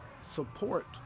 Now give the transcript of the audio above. support